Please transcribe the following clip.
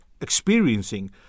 experiencing